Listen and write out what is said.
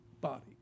body